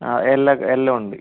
അ എല്ലാം ഉണ്ട്